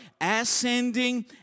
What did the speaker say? ascending